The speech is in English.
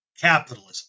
capitalism